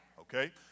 Okay